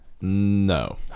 No